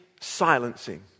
silencing